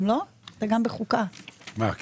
אתה גם בחוקה, לא?